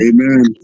Amen